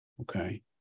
Okay